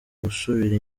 gusubira